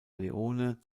leone